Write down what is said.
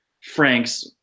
Frank's